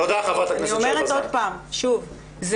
שוב,